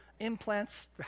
implants